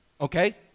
Okay